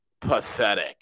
pathetic